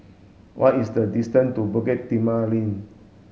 what is the distance to Bukit Timah Link